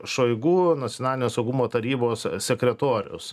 šoigu nacionalinio saugumo tarybos sekretorius